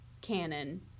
canon